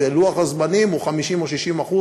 ולוח-הזמנים הוא 50% או 60%,